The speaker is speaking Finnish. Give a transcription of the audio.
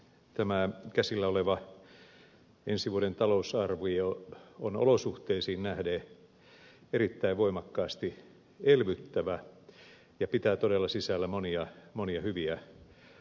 tämä käsillä oleva ensi vuoden talousarvio on olosuhteisiin nähden erittäin voimakkaasti elvyttävä ja pitää todella sisällään monia monia hyviä asioita